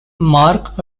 mark